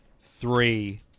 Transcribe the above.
three